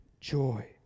joy